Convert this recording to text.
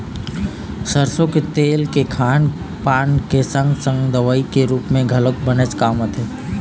सरसो के तेल के खान पान के संगे संग दवई के रुप म घलोक बनेच काम आथे